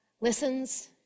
listens